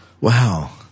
Wow